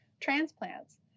transplants